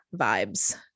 vibes